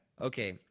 Okay